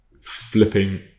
flipping